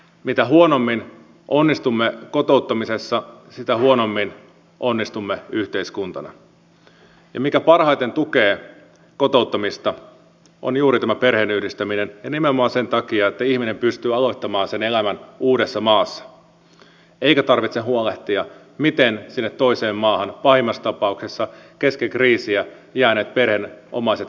mitä huonommin onnistumme kotouttamisessa sitä huonommin onnistumme yhteiskuntana ja mikä parhaiten tukee kotouttamista on juuri tämä perheenyhdistäminen ja nimenomaan sen takia että ihminen pystyy aloittamaan sen elämän uudessa maassa eikä tarvitse huolehtia miten sinne toiseen maahan pahimmassa tapauksessa keskelle kriisiä jääneet perheen omaiset voivat